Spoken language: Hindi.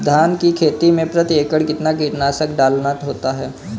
धान की खेती में प्रति एकड़ कितना कीटनाशक डालना होता है?